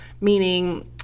meaning